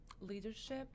leadership